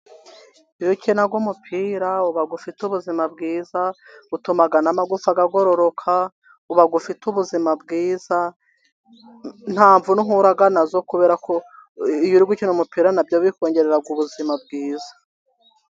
Iyo ukina umupira uba ufite ubuzima bwiza, butuma n'amagufa agororoka, uba ufite ubuzima bwiza, nta mvune uhura nazo kubera ko iyo uri gukina umupira nabyo bikongerera ubuzima bwiza.